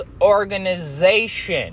organization